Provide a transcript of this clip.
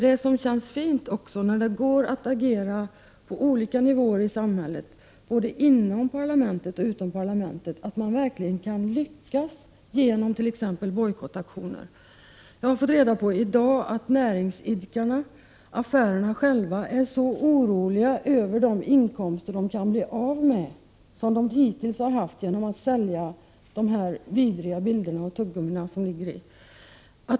Det känns fint när man kan agera på olika nivåer i samhället, både inom och utom parlamentet, och att man kan lyckas genom t.ex. bojkottaktioner. Jag har i dag fått reda på att näringsidkarna, dvs. affärerna själva, är oroliga över att de kan bli av med de inkomster som de hittills har haft genom att sälja tuggummin med dessa vidriga bilder.